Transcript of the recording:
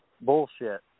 bullshit